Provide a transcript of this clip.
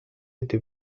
été